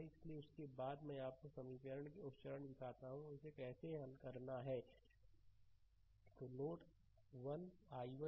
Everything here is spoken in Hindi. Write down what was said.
इसलिए उसके बाद मैं आपको समीकरण के उस चरण को दिखाता हूं और इसे कैसे हल करना है स्लाइड समय देखें 2240 तो नोड 1 i1 i3 ix पर